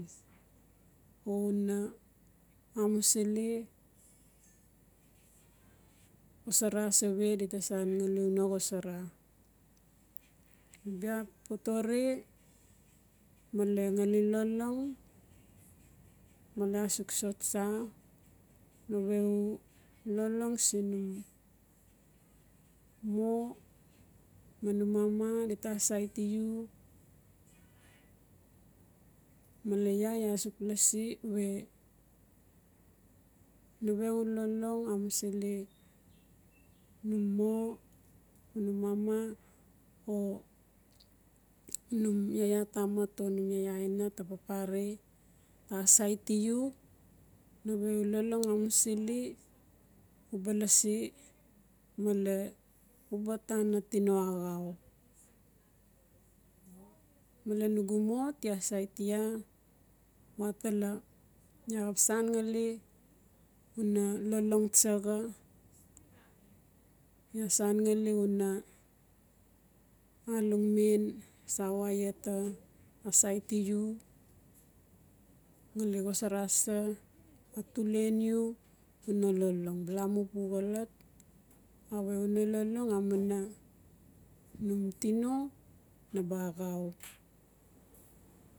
O una amusili xosara sawe dita san ngali una xosara. Bia totore male ngali lolong male asuk so tsa nawe lolong sin num no ma num mama dita asaiti u. Male iaa iaa suk lasi we nawe u lolong amusili num mo o num mama o num yaya tamat o num yaya aina tu papare asaiti u nawe u lolong amusili uba lasi male uba tana tino axau. Male nugu mo ti asaiti iaa watala iaa xap san ngali una lolong tsaxa iaa san ngali una alongmen sawaiia ta asaiti u ngali xosara sa o tulen u una lolong. Balamu pu xolot awe una lolong amuina num tino naba axau.